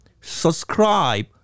subscribe